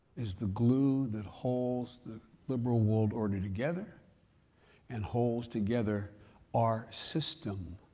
is the glue that holds the, the but world order together and holds together our system.